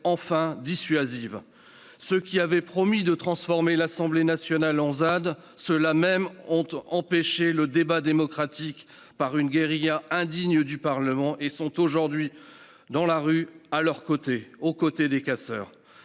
enfin dissuasive. Ceux-là mêmes qui avaient promis de transformer l'Assemblée nationale en zone à défendre (ZAD) ont empêché le débat démocratique par une guérilla indigne du Parlement et sont aujourd'hui dans la rue aux côtés des casseurs.